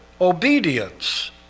obedience